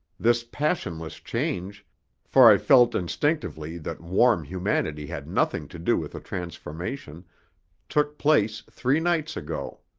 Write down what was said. this passionless change for i felt instinctively that warm humanity had nothing to do with the transformation took place three nights ago.